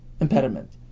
impediment